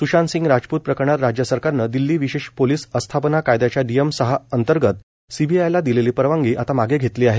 स्शांत सिंग राजपूत प्रकरणात राज्य सरकारनं दिल्ली विशेष पोलीस अस्थापना कायद्याच्या नियम सहा अंतर्गत सीबीआयला दिलेली परवानगी आता मागे घेतली आहे